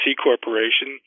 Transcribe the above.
C-Corporation